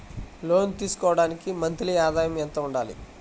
లోను తీసుకోవడానికి మంత్లీ ఆదాయము ఎంత ఉండాలి?